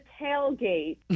tailgate